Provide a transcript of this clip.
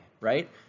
right